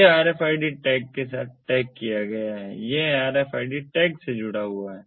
यह इस RFID tag के साथ टैग किया गया है यह RFID टैग से जुड़ा हुआ है